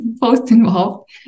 post-involved